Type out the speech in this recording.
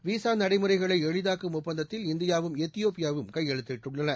visa நடைமுறைகளை எளிதாக்கும் ஒப்பந்தத்தில் இந்தியாவும் எத்தியோப்பியாவும் கையெழுத்திட்டுள்ளன